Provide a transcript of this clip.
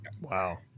wow